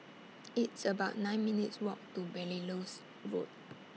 It's about nine minutes' Walk to Belilios Road